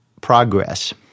progress